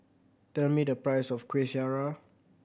tell me the price of Kueh Syara